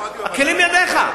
הכלים בידך.